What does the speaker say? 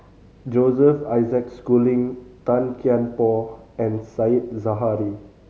Joseph Isaac Schooling Tan Kian Por and Said Zahari